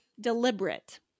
deliberate